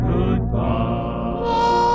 Goodbye